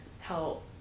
help